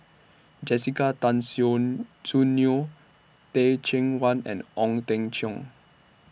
Jessica Tan Soon Soon Neo Teh Cheang Wan and Ong Teng Cheong